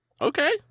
Okay